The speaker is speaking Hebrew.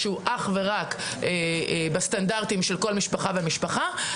שהוא אך ורק בסטנדרטים של כל משפחה ומשפחה,